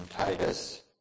Titus